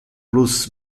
plus